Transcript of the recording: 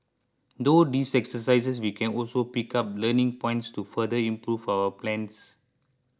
through these exercises we can also pick up learning points to further improve our plans